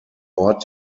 ort